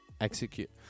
execute